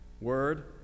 word